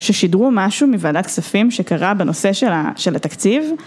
ששידרו משהו מוועדת כספים שקרה בנושא של התקציב,